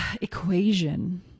equation